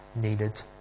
needed